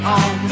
on